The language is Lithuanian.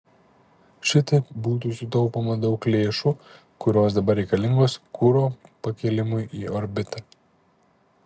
šitaip būtų sutaupoma daug lėšų kurios dabar reikalingos kuro pakėlimui į orbitą